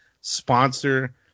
sponsor